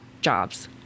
jobs